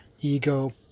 Ego